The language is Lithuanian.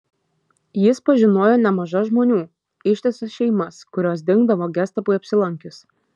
jis pažinojo nemaža žmonių ištisas šeimas kurios dingdavo gestapui apsilankius